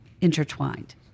intertwined